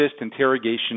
interrogation